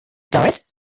doris